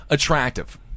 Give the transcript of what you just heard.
attractive